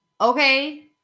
Okay